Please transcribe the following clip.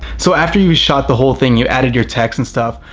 so after you shot the whole thing, you added your text and stuff,